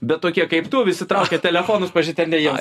bet tokie kaip tu visi traukia telefonus pažiūrėt ar ne jiems